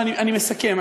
אני מסכם,